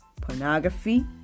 pornography